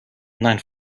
nein